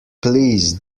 please